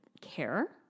care